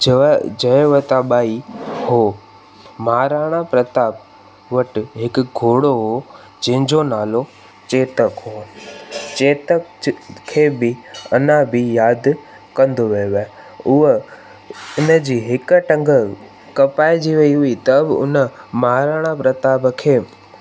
जव जयवताॿाई हो महाराणा प्रताप वटि हिकु घोड़ो हो जंहिंजो नालो चेतक हो चेतक च खे बि अना बि यादि कंदो वियो आहे ऊअं इनजी हिकु टंग कपाए जी वयी हुई त उन महाराणा प्रताप खे